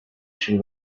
she